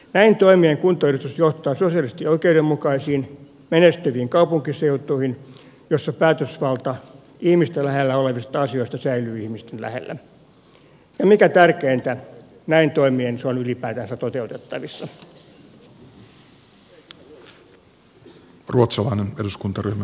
näin toimien kuntauudistus johtaa sosiaalisesti oikeudenmukaisiin menestyviin kaupunkiseutuihin joilla päätösvalta ihmistä lähellä olevista asioista säilyy ihmisten lähellä ja mikä tärkeintä näin toimien se on ylipäätänsä toteutettavissa